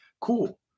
Cool